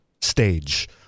stage